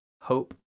hope